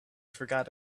forgot